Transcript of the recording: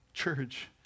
Church